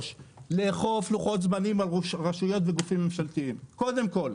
לאכוף לוחות זמנים על רשויות וגופים ממשלתיים קודם כל.